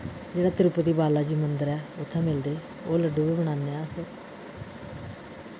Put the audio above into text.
जेह्ड़ा तिरुपति बालाजी मंदर ऐ उत्थै मिलदे ओह् लड्डू बी बनान्ने अस